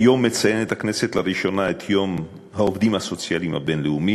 היום הכנסת מציינת לראשונה את יום העובדים הסוציאליים הבין-לאומי.